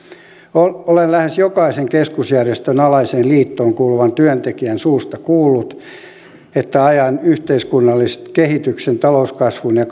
olen lähes jokaisen keskusjärjestön alaiseen liittoon kuuluvan työntekijän suusta kuullut että ajan yhteiskunnallisen kehityksen talouskasvun ja